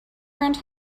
around